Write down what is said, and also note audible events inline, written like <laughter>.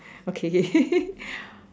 okay <laughs>